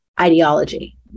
ideology